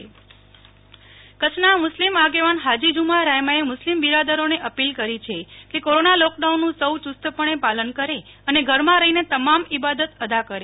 નેહ્લ ઠક્કર મુસ્લિમ આગેવાન કચ્છના મુસ્લિમ આગેવાન હાજી જમા રાયમાએ મુસ્લિમ બિરાદરોને અપીલ કરી છે કે કોરોના લોકડાઉનનું સૌ યુસ્તપણે પાલન કરે અને ઘરમાં રહી ને તમામ ઈબાદત અદા કરે